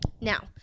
Now